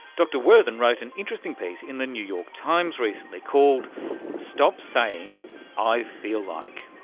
dr worthen wrote an interesting piece in the new york times recently called stop saying i feel like.